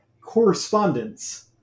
Correspondence